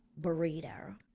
burrito